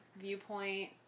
viewpoint